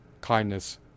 kindness